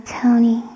Tony